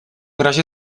razie